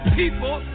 people